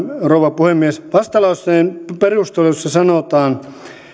rouva puhemies vastalauseen perusteluissa sanotaan